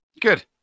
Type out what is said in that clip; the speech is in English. Good